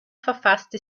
verfasste